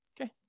Okay